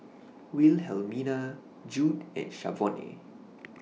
Wilhelmina Jude and Shavonne